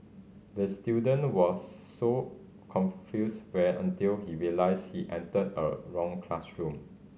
the student was so confused while until he realised he entered the wrong classroom